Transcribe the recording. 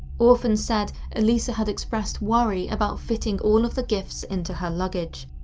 orphan said elisa had expressed worry about fitting all of the gifts into her luggage.